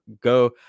go